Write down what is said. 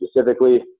specifically